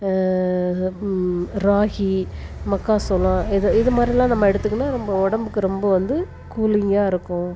ராகி மக்காச்சோளம் இது இது மாதிரிலாம் நம்ம எடுத்துக்கணும் நம்ம உடம்புக்கு ரொம்ப வந்து கூலிங்காக இருக்கும்